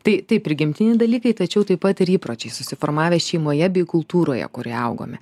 tai tai prigimtiniai dalykai tačiau taip pat ir įpročiai susiformavę šeimoje bei kultūroje kurioje augome